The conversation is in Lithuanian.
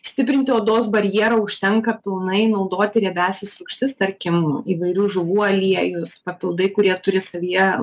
stiprinti odos barjerą užtenka pilnai naudoti riebiąsias rūgštis tarkim įvairių žuvų aliejus papildai kurie turi savyje